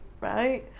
right